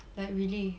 like really